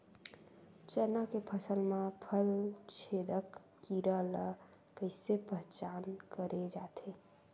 चना के फसल म फल छेदक कीरा ल कइसे पहचान करे जाथे?